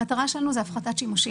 המטרה שלנו היא הפחתת שימושים.